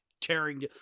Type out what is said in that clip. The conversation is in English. tearing